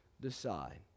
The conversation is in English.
decide